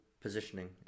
positioning